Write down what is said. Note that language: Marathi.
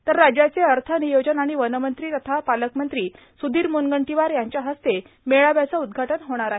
तर राज्याचे अर्थ नियोजन आणि वनमंत्री तथा पालकमंत्री स्धीर म्नगंटीवार यांच्या हस्ते मेळाव्याचं उद्घाटन होणार होणार आहे